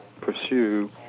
pursue